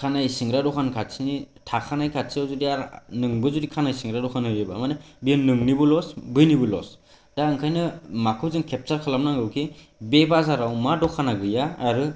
खानाय सिनग्रा दखान खाथिनि थाखानाय खाथिआव जुदि आरो नोंबो जुदि खानाय सिनग्रा दखान होयोबा माने बियो नोंनिबो लस बैनिबो लस दा ओंखायनो माखौ जों केपचार खालामनांगौ कि बे बाजाराव मा दखाना गैया आरो